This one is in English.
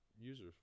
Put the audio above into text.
users